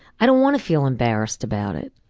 i don't wanna feel embarrassed about it.